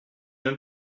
même